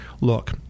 look